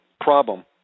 problem